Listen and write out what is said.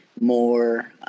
more